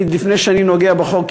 לפני שאני נוגע בחוק,